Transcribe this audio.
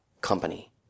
company